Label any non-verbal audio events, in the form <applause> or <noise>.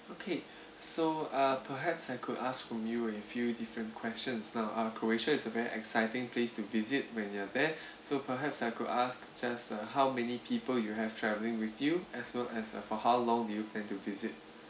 okay <breath> so ah perhaps I could ask from you a few different questions now uh croatia is a very exciting place to visit when you're there <breath> so perhaps I could ask just uh how many people you have traveling with you as well as uh for how long do you plan to visit